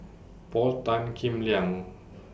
Paul Tan Kim Liang